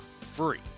Free